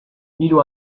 hiru